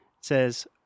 says